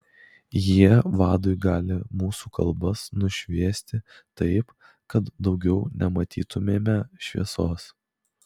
jie vadui gali mūsų kalbas nušviesti taip kad daugiau nematytumėme šviesos